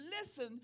Listen